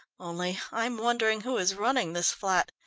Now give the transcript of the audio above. only i'm wondering who is running this flat,